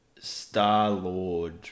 Star-Lord